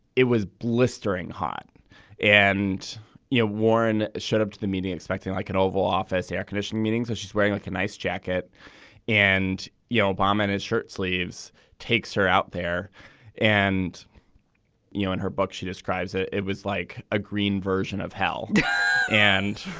it was blistering hot and you know warren showed up to the media expecting like an oval office air conditioned meetings that she's wearing like a nice jacket and you know obama in his shirtsleeves takes her out there and you know in her book she describes it it was like a green version of hell and